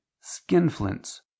skinflints